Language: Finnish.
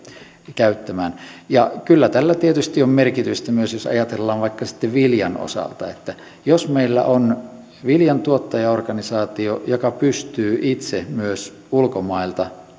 käyttämään ja kyllä tällä tietysti on merkitystä myös jos ajatellaan vaikka sitten viljan osalta jos meillä on viljantuottajaorganisaatio joka pystyy itse myös ulkomailta